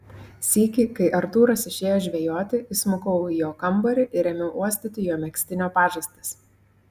sykį kai artūras išėjo žvejoti įsmukau į jo kambarį ir ėmiau uostyti jo megztinio pažastis